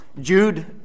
Jude